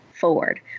forward